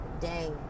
day